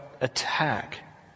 attack